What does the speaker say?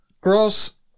Gross